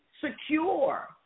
secure